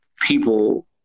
people